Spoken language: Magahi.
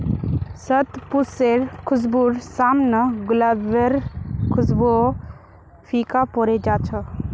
शतपुष्पेर खुशबूर साम न गुलाबेर खुशबूओ फीका पोरे जा छ